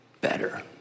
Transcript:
better